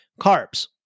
Carbs